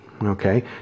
okay